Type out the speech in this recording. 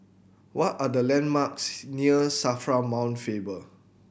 what are the landmarks near SAFRA Mount Faber